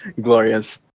Glorious